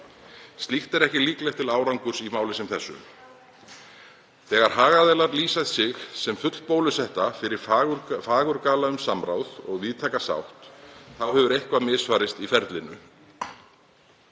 Slíkt er ekki líklegt til árangurs í máli sem þessu. Þegar hagaðilar lýsa sig sem fullbólusetta fyrir fagurgala um samráð og víðtæka sátt, þá hefur eitthvað misfarist í ferlinu.